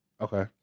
Okay